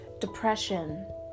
depression